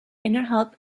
innerhalb